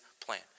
plan